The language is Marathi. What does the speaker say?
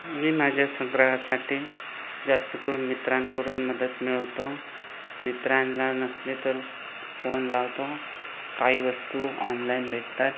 मी माझ्या संग्रहासाठी जास्त करून मित्रांकडून मदत मिळवतो मित्रांना नसले तर फोन लावतो काही वस्तू ऑनलाईन भेटतात